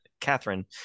Catherine